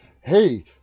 hey